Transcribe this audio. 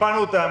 שטיפלנו בהם,